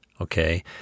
okay